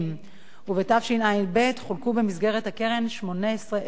ובתשע"ב חולקו במסגרת הקרן 18,000 מלגות.